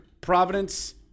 Providence